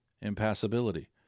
impassibility